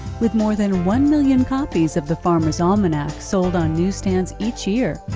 with more than one million copies of the farmers' almanac sold on newsstands each year,